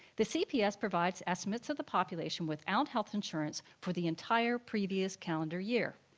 the cps provides estimates of the population without health insurance for the entire previous calendar year.